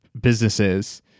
businesses